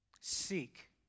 seek